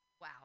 wow